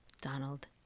Donald